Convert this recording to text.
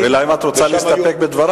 אלא אם כן את רוצה להסתפק בדבריו.